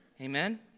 Amen